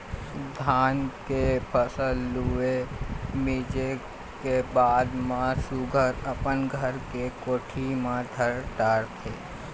धान के फसल लूए, मिंजे के बाद म सुग्घर अपन घर के कोठी म धर डारथे